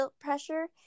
pressure